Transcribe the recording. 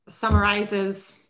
summarizes